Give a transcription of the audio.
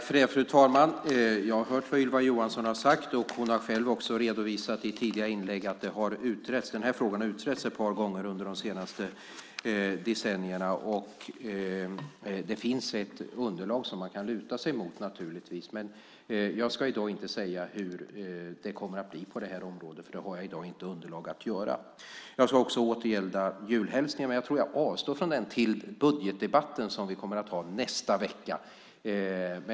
Fru talman! Jag har hört vad Ylva Johansson har sagt. Hon har själv också redovisat i tidigare inlägg att den här frågan har utretts ett par gånger under de senaste decennierna. Det finns ett underlag som man kan luta sig emot, naturligtvis, men jag ska i dag inte säga hur det kommer att bli på det här området, för det har jag inte underlag att göra. Jag ska också återgälda julhälsningen, men jag tror att jag avstår från den till budgetdebatten, som vi kommer att ha nästa vecka.